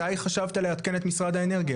מתי חשבת לעדכן את משרד האנרגיה?